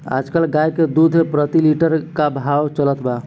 आज कल गाय के दूध प्रति लीटर का भाव चलत बा?